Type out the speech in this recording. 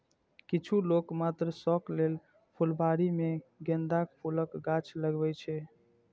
किछु लोक मात्र शौक लेल फुलबाड़ी मे गेंदाक फूलक गाछ लगबै छै